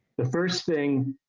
the first thing.